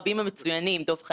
אני מודה לכם על העבודה.